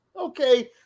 Okay